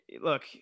look